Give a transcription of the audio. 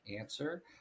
answer